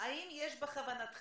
האם יש בכוונתכם